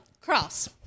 Cross